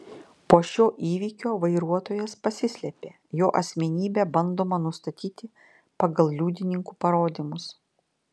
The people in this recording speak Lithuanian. po šio įvykio vairuotojas pasislėpė jo asmenybę bandoma nustatyti pagal liudininkų parodymus